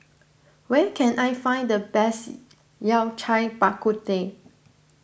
where can I find the best Yao Cai Bak Kut Teh